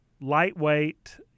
lightweight